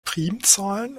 primzahlen